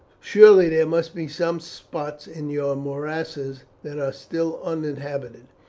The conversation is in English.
surely there must be some spots in your morasses that are still uninhabited.